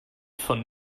von